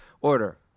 order